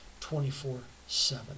24-7